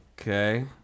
Okay